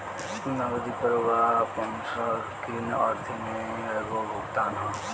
नगदी प्रवाह आपना संकीर्ण अर्थ में एगो भुगतान ह